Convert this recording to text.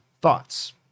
thoughts